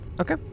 Okay